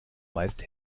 meist